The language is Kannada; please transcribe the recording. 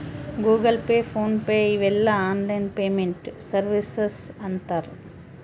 ಗೂಗಲ್ ಪೇ ಫೋನ್ ಪೇ ಇವೆಲ್ಲ ಆನ್ಲೈನ್ ಪೇಮೆಂಟ್ ಸರ್ವೀಸಸ್ ಅಂತರ್